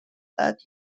that